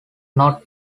not